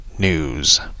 news